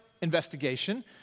investigation